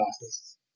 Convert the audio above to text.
classes